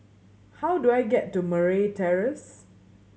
how do I get to Murray Terrace